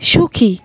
সুখী